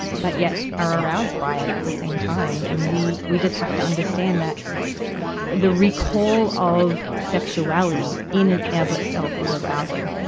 but yet are aroused by it at the same time. and we, we just have to understand that the recall of sexuality in and of itself is arousing.